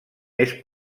més